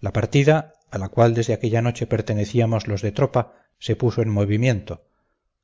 la partida a la cual desde aquella noche pertenecíamos los de tropa se puso en movimiento